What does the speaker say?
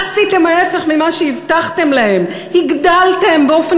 עשיתם ההפך ממה שהבטחתם להם: הגדלתם באופן